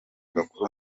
bakuru